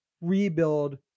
rebuild